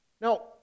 Now